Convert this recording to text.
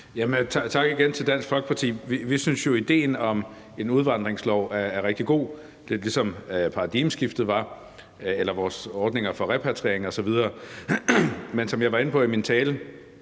Tak igen til Dansk Folkeparti. Vi synes jo, at idéen om en udvandringslov er rigtig god, lidt ligesom paradigmeskiftet eller vores ordninger for repatriering osv. var. Men som jeg var inde på i min tale,